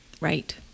Right